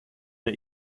der